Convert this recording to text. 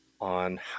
on